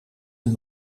een